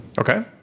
Okay